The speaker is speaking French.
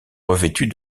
revêtues